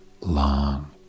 long